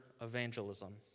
evangelism